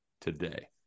today